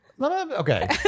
Okay